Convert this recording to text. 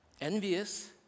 envious